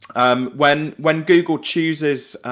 um when when google chooses,